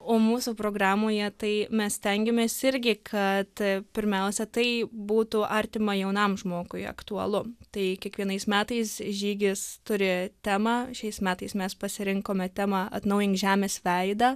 o mūsų programoje tai mes stengiamės irgi kad pirmiausia tai būtų artima jaunam žmogui aktualu tai kiekvienais metais žygis turi temą šiais metais mes pasirinkome temą atnaujink žemės veidą